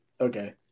Okay